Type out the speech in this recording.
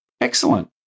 excellent